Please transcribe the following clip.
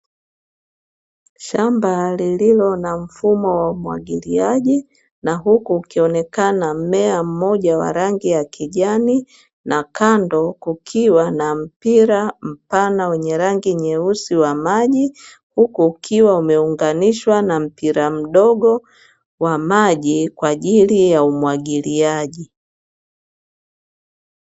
Shamba lililo na mfumo wa umwagiliaji na huku ukionekana mmea mmoja wa rangi ya kijani, na kando kukiwa na mpira mpana wenye rangi nyeusi wa maji, huku ukiwa umeunganishwa na mpira mdogo wa maji kwa ajili ya umwagiliaji.